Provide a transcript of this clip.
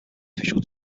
official